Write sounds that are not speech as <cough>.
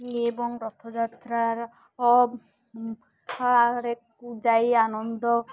ଏବଂ ରଥଯାତ୍ରା <unintelligible> ଯାଇ ଆନନ୍ଦ